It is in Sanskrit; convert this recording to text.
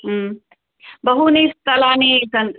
बहूनि स्थलानि सन्ति